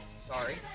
Sorry